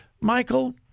Michael